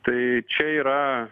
tai čia yra